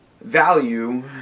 value